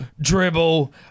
dribble